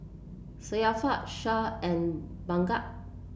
Syafiqah Shah and Bunga